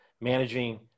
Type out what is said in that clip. managing